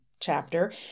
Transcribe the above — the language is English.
chapter